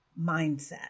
mindset